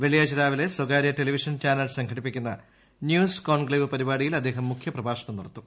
വെള്ളിയാഴ്ച രാവിലെ സ്വകാര്യ ടെലിവിഷൻ ചാനൽ സംഘടിപ്പിക്കുന്ന ന്യൂസ്കോൺക്ലേവ് പരിപാടിയിൽ അദ്ദേഹം മുഖ്യപ്രഭാഷണം നടത്തും